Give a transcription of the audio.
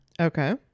Okay